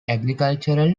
agricultural